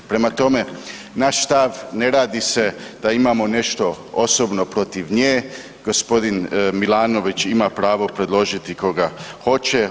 Prema tome, naš stav ne radi se da imamo nešto osobno protiv nje, g. Milanović ima pravo predložiti koga hoće.